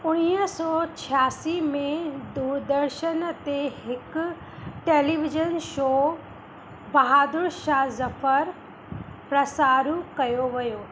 उणिवीह सौ छयासी में दूरदर्शन ते हिकु टेलीविजन शो बहादुर शाह ज़फर प्रसारू कयो वियो